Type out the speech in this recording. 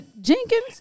jenkins